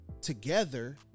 together